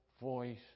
voice